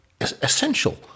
essential